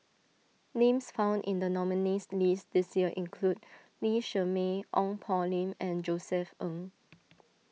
names found in the nominees' list this year include Lee Shermay Ong Poh Lim and Josef Ng